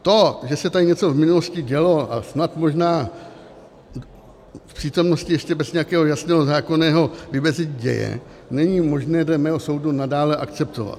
To, že se tady něco v minulosti dělo, a snad možná i v přítomnosti, ještě bez nějakého jasného zákonného vymezení děje, není možné dle mého soudu nadále akceptovat.